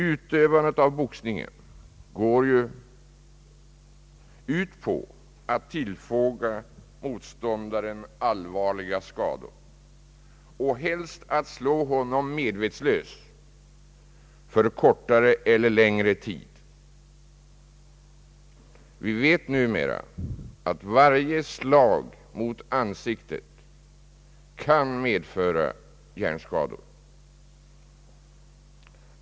Utövandet av boxningen går ju ut på att tillfoga motståndaren allvarliga skador och helst att slå honom medvetslös för kortare eller längre tid. Vi vet numera att varje slag mot ansiktet kan medföra hjärnskador.